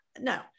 no